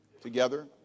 together